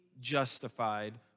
justified